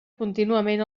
contínuament